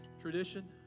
tradition